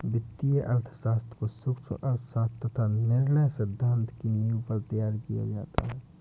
वित्तीय अर्थशास्त्र को सूक्ष्म अर्थशास्त्र तथा निर्णय सिद्धांत की नींव पर तैयार किया गया है